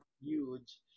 huge